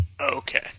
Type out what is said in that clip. Okay